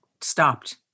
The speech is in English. stopped